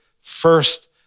first